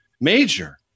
major